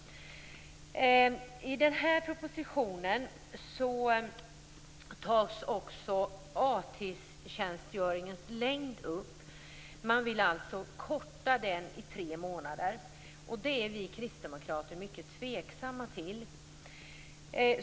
I denna proposition tas också frågan om AT tjänstgöringens längd upp. Man vill korta den med tre månader. Det är vi kristdemokrater mycket tveksamma till.